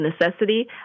necessity